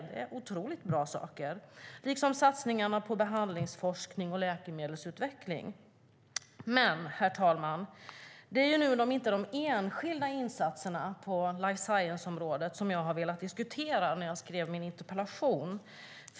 Det är otroligt bra saker, liksom satsningarna på behandlingsforskning och läkemedelsutveckling. Men, herr talman, det var inte de enskilda insatserna på life science-området som jag ville diskutera när jag skrev min interpellation.